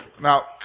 Now